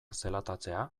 zelatatzea